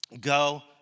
Go